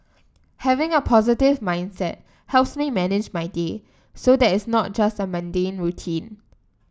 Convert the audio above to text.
having a positive mindset helps me manage my day so that it's not just a mundane routine